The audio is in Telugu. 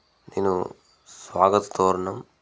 నేను స్వాగస్థోరణం